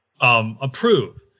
Approve